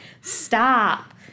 stop